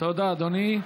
תודה, אדוני.